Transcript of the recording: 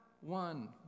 one